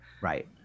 Right